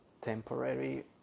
temporary